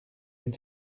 une